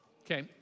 Okay